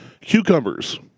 Cucumbers